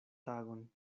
tagon